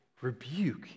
Rebuke